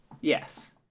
Yes